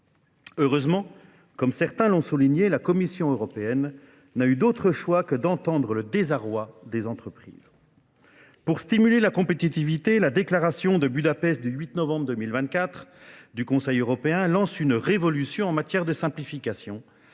Heureusement, comme certains l'ont souligné, la Commission européenne n'a eu d'autre choix que d'entendre le désarroi des entreprises. Pour stimuler la compétitivité, la déclaration de Budapest du 8 novembre 2024 du Conseil européen lance une révolution en matière de simplification